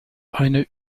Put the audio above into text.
eine